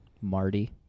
Marty